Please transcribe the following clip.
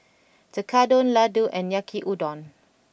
Tekkadon Ladoo and Yaki Udon